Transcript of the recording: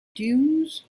dunes